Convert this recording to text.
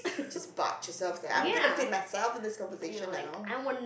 just barge yourself like I'm gonna fit myself in this conversation now